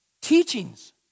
Teachings